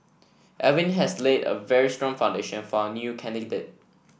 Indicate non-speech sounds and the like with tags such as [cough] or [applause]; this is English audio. Alvin has laid a very strong foundation for our new [unintelligible]